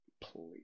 Please